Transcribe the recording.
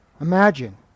Imagine